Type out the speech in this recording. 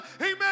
Amen